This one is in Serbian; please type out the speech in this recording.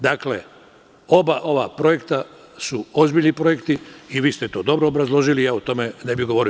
Dakle, oba ova projekta su ozbiljni projekti i vi ste to dobro obrazložili, o tome ne bih govorio.